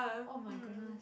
oh-my-goodness